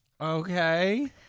okay